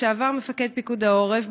לשעבר מפקד פיקוד העורף,